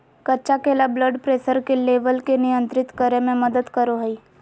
कच्चा केला blood pressure के लेवल के नियंत्रित करय में मदद करो हइ